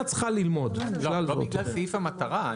זה רק סעיף המטרה.